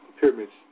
pyramids